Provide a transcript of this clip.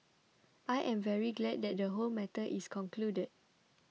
I am very glad that the whole matter is concluded